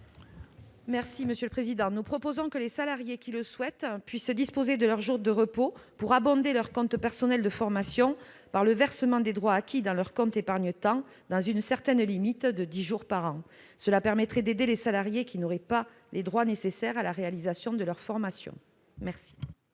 Mme Maryse Carrère. Nous proposons que les salariés qui le souhaitent puissent disposer de leurs jours de repos pour abonder leur compte personnel de formation par le versement des droits acquis dans leur compte épargne-temps dans une limite de dix jours par an. Cela permettrait d'aider les salariés qui n'auraient acquis pas les droits nécessaires à la réalisation de leur formation.